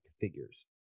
figures